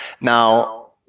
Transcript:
Now